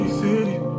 city